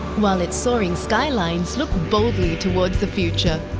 while it's soaring skylines look boldly towards the future.